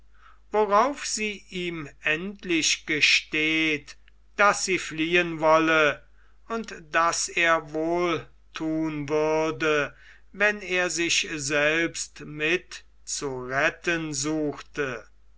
worauf sie ihm endlich gesteht daß sie fliehen wolle und daß er wohl thun würde wenn er sich selbst mit zu retten suchte